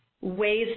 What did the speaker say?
ways